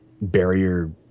barrier